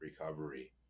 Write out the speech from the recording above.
recovery